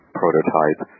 prototype